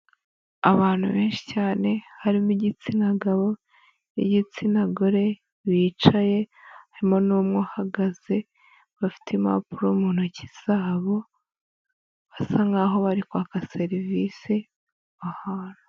Abantu benshi cyane harimo igitsina gabo n'igitsina gore bicaye harimo n'umwe uhagaze, bafite impapuro mu ntoki zabo basa nkaho bari kwaka serivise ahantu.